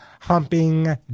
humping